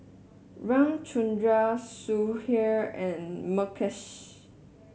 Ramchundra Sudhir and Mukesh